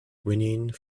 winning